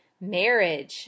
marriage